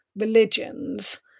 religions